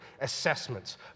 assessments